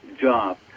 job